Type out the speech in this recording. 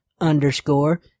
underscore